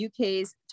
uk's